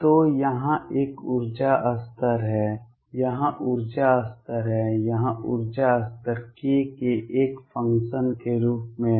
तो यहाँ एक ऊर्जा स्तर है यहाँ ऊर्जा स्तर है यहाँ ऊर्जा स्तर k के एक फ़ंक्शन के रूप में है